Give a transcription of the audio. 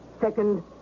Second